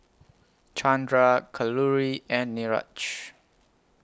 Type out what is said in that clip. Chandra Kalluri and Niraj